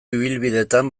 ibilbidetan